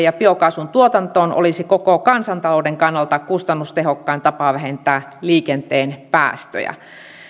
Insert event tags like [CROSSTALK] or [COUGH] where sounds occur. [UNINTELLIGIBLE] ja biokaasun tuotantoon olisi koko kansantalouden kannalta kustannustehokkain tapa vähentää liikenteen päästöjä